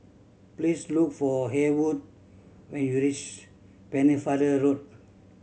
please look for Haywood when you reach Pennefather Road